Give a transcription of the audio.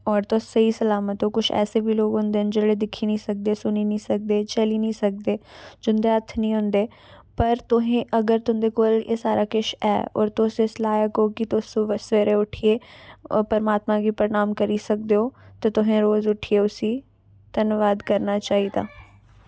होर तुस स्हेई सलामत ओ कुछ ऐसे बी लोक होंदे न जेह्ड़े दिक्खी निं सकदे सुनी निं सकदे चली निं सकदे जिं'दे हत्थ निं होंदे पर तुस अगर तुं'दे कोल एह् सारा किश है होर तुस इस लायक ओ कि तुस सुबह् सवेरै उट्ठियै ओह् परमात्मा गी प्रणाम करी सकदे ओ ते तुसें रोज उट्ठियै उस्सी धन्नबाद करना चाहिदा